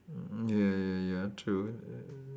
mm ya ya ya true uh